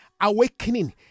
awakening